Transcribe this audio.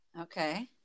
okay